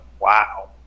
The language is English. Wow